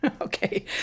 Okay